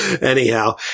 Anyhow